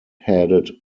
headed